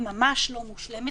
היא ממש לא מושלמת,